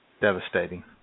Devastating